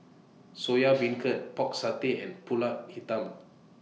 Soya Beancurd Pork Satay and Pulut Hitam